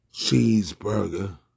Cheeseburger